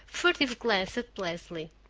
furtive glance at leslie.